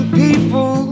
people